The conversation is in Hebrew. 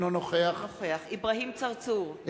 אינו נוכח אברהים צרצור,